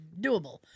doable